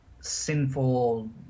sinful